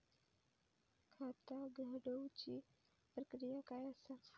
खाता उघडुची प्रक्रिया काय असा?